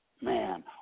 man